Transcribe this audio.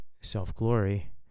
self-glory